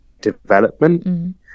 development